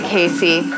Casey